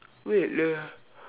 wait lah